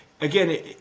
again –